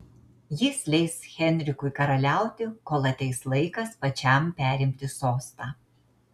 jis leis henrikui karaliauti kol ateis laikas pačiam perimti sostą